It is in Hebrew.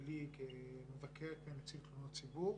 ביקור שלי כמבקר וכנציב תלונות ציבור,